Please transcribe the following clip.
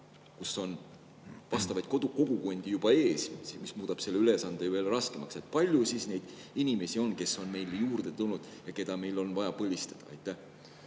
kus on vastavaid kogukondi juba ees, ja see muudab selle ülesande raskemaks. Kui palju neid inimesi on, kes on meile juurde tulnud ja keda meil on vaja põlistada? Aitäh!